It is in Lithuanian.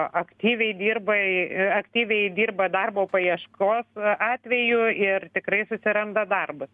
aktyviai dirbai aktyviai dirba darbo paieškos atveju ir tikrai susiranda darbus